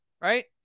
Right